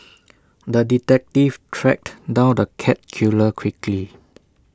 the detective tracked down the cat killer quickly